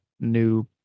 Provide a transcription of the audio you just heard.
new